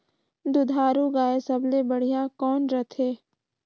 दुधारू गाय सबले बढ़िया कौन रथे?